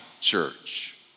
church